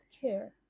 care